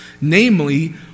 namely